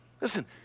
Listen